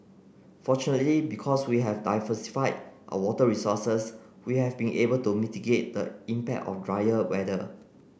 fortunately because we have diversified our water resources we have been able to mitigate the impact of drier weather